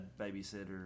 babysitter